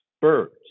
birds